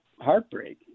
heartbreak